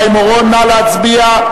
נא להצביע.